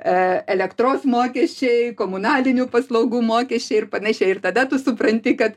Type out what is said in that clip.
elektros mokesčiai komunalinių paslaugų mokesčiai ir panašiai ir tada tu supranti kad